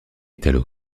italo